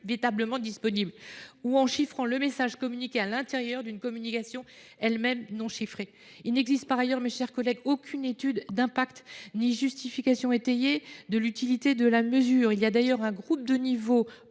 inévitablement disponibles, ou alors en chiffrant le message communiqué à l’intérieur d’une communication elle même non chiffrée. Il n’existe par ailleurs, mes chers collègues, aucune étude d’impact ni justification étayée de l’utilité de cette mesure. Un groupe de travail